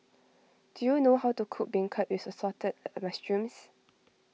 do you know how to cook Beancurd with Assorted a Mushrooms